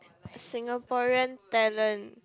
Singaporean talent